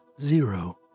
Zero